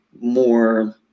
more